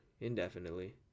indefinitely